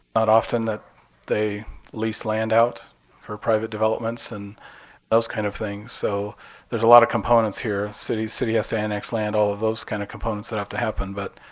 often that they lease land out for private developments and those kind of things, so there's a lot of components here. city city has to annex land, all of those kind of components that have to happen. but